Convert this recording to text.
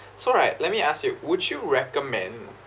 so right let me ask you would you recommend